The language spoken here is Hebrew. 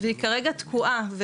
והיא כרגע תקועה,